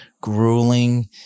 grueling